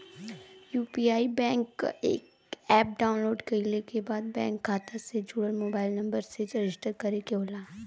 UPI क app download कइले के बाद बैंक खाता से जुड़ल मोबाइल नंबर से रजिस्टर करे के होला